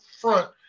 front